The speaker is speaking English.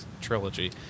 trilogy